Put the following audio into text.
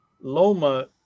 Loma